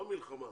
לא מלחמה,